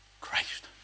Christ